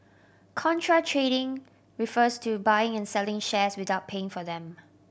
contra trading refers to buying and selling shares without paying for them